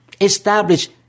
establish